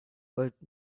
what